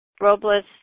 Robles